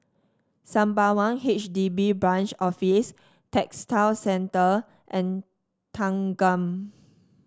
Sembawang H D B Branch Office Textile Centre and Thanggam